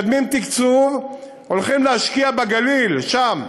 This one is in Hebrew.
מקדמים תקצוב, הולכים להשקיע בגליל, שם,